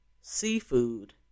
Seafood